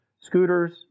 scooters